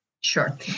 Sure